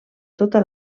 tota